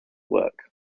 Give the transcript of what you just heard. work